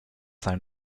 sein